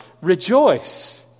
rejoice